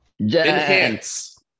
Enhance